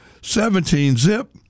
17-zip